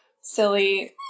silly